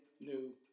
new